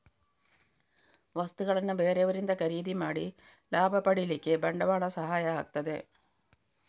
ವಸ್ತುಗಳನ್ನ ಬೇರೆಯವರಿಂದ ಖರೀದಿ ಮಾಡಿ ಲಾಭ ಪಡೀಲಿಕ್ಕೆ ಬಂಡವಾಳ ಸಹಾಯ ಆಗ್ತದೆ